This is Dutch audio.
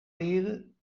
leren